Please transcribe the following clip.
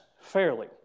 fairly